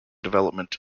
development